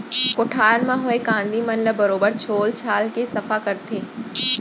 कोठार म होए कांदी मन ल बरोबर छोल छाल के सफ्फा करथे